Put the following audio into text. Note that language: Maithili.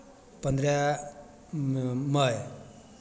पन्द्रह म् मइ